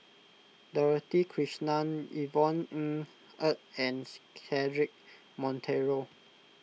Dorothy Krishnan Yvonne Ng Uhde and Cedric Monteiro